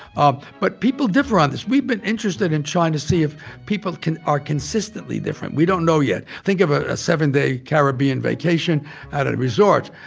but people differ on this. we've been interested in trying to see if people can are consistently different. we don't know yet think of ah a seven-day caribbean vacation at a resort.